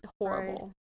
horrible